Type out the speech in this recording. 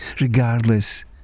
regardless